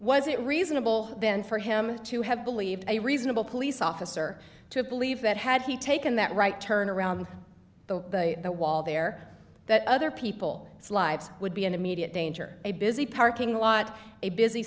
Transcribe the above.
was it reasonable then for him to have believed a reasonable police officer to believe that had he taken that right turn around the wall there that other people lives would be in immediate danger a busy parking lot a busy